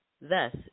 Thus